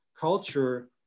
culture